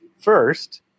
first